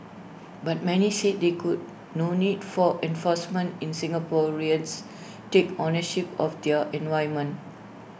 but many said IT could no need for enforcement in Singaporeans take ownership of their environment